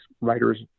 writer's